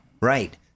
Right